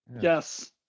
Yes